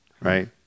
Right